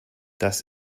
das